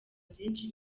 byinshi